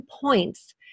points